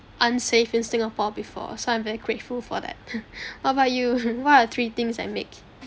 unsafe in singapore before so I'm very grateful for that what about you what are three things that make